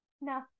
no